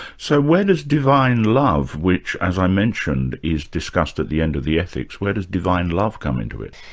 so, where does divine love, which, as i mentioned, is discussed at the end of the ethics where does divine love come into it?